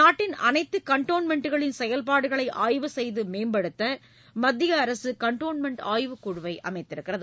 நாட்டின் அனைத்து கன்ட்டோன்மென்ட்டுகளின் செயல்பாடுகளை ஆய்வு செய்து மேம்படுத்த மத்திய அரசு கன்ட்டோன்மென்ட் ஆய்வுக்குழுவை அமைத்துள்ளது